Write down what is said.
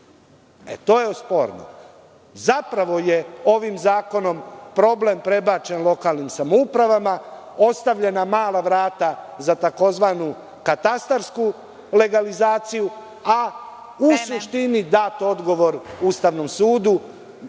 je sporno. Zapravo je ovim zakonom problem prebačen lokalnim samoupravama, ostavljena mala vrata za tzv. katastarsku legalizaciju, a u suštini dat odgovor Ustavnom sudu